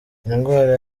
indwara